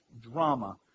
drama